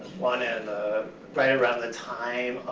one in the right around the time